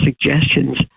suggestions